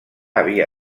havia